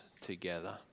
together